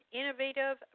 innovative